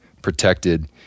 protected